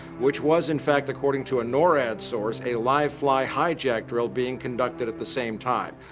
which was in fact according to a norad source a live-fly hijack drill being conducted at the same time.